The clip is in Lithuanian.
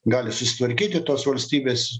gali susitvarkyti tos valstybės